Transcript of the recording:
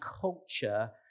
culture